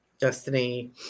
Destiny